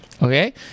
Okay